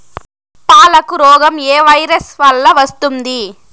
పాలకు రోగం ఏ వైరస్ వల్ల వస్తుంది?